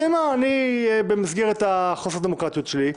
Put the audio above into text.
במסגרת ההחלטות הדמוקרטיות שלי,